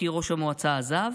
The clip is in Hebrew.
כי ראש המועצה עזב,